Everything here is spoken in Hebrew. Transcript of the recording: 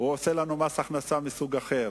הוא עושה לנו מס הכנסה מסוג אחר.